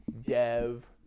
dev